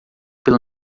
pela